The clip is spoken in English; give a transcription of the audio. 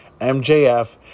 MJF